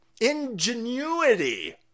ingenuity